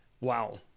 Wow